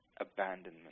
abandonment